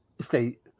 state